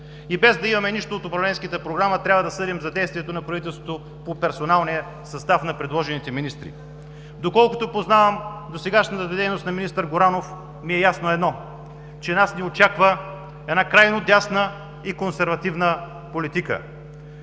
Без да имаме нищо от управленската програма трябва да съдим за действията на правителството по персоналния състав на предложените министри. Доколкото познавам досегашната дейност на министър Горанов, ми е ясно едно – че ни очаква една крайно дясна и консервативна политика,